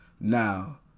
Now